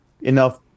enough